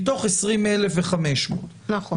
מתוך 20,500. נכון.